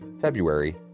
February